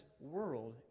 world